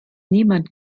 niemand